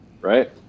right